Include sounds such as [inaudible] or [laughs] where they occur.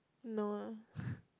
no uh [laughs]